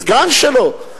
זה סגן שלו.